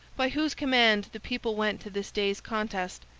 by whose command the people went to this day's contest,